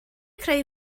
creu